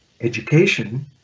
education